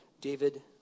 David